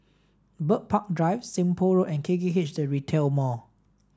Bird Park Drive Seng Poh Road and K K H The Retail Mall